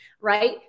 right